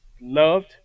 loved